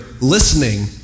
listening